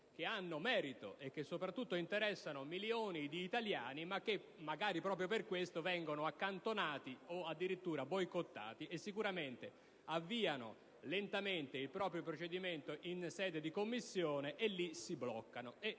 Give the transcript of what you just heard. che hanno merito e che interessano milioni di italiani ma che - magari proprio per questo - vengono accantonati o addirittura boicottati: sicuramente infatti avviano lentamente il proprio procedimento in sede di Commissione, e lì si bloccano.